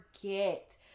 forget